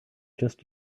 just